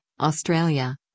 Australia